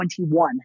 21